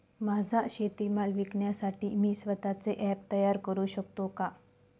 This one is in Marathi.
माझा शेतीमाल विकण्यासाठी मी स्वत:चे ॲप तयार करु शकतो का?